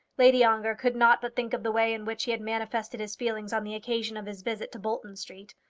lady ongar could not but think of the way in which he had manifested his feelings on the occasion of his visit to bolton street.